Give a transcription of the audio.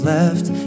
left